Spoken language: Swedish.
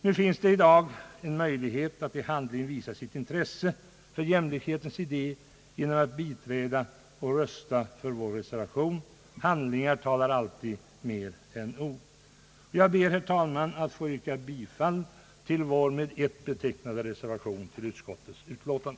Nu finns det i dag möjlighet att i handling visa sitt intresse för jämlikhetens idé genom att rösta för vår reservation — handlingar talar mer än ord. Jag ber, herr talman, att få yrka bifall till vår med 1 betecknade reservation vid utskottets utlåtande.